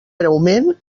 breument